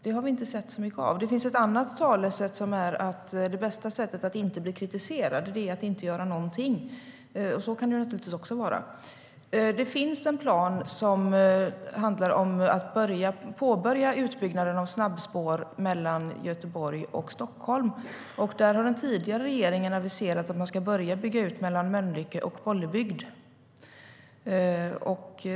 Det har vi inte sett så mycket av. Det finns en plan som handlar om att påbörja utbyggnaden av snabbspår mellan Göteborg och Stockholm. Den tidigare regeringen aviserade att man skulle börja bygga ut mellan Mölnlycke och Bollebygd.